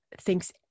thinks